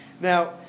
Now